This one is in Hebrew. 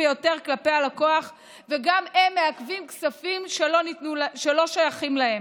ביותר כלפי הלקוח וגם הן מעכבות כספים שלא שייכים להן.